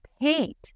paint